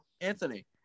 anthony